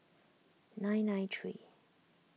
nine nine three